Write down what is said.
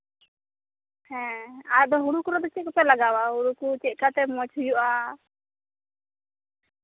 ᱦᱮᱸ ᱟᱫᱚ ᱦᱩᱲᱩ ᱠᱚᱨᱮ ᱫᱚ ᱪᱮᱫ ᱠᱚᱯᱮ ᱞᱟᱜᱟᱣᱟ ᱦᱩᱲᱩ ᱠᱚ ᱪᱮᱫ ᱞᱮᱠᱟ ᱛᱮ ᱢᱚᱸᱡᱽ ᱦᱩᱭᱩᱜᱼᱟ